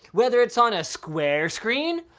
whether it's on a square screen,